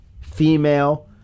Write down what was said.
female